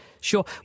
Sure